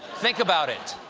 think about it.